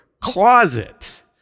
closet